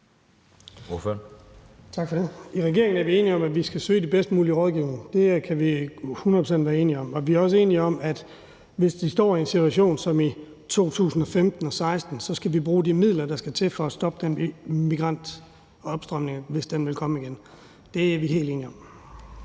regeringen er vi enige om, at vi skal søge den bedst mulige rådgivning. Det kan vi være hundrede procent enige om. Og vi er også enige om, at hvis vi står i en situation som den i 2015 og 2016, så skal vi bruge de midler, der skal til, for at stoppe den migranttilstrømning, altså hvis den kommer igen; det er vi helt enige om.